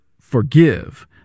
forgive